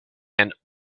and